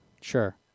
Sure